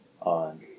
on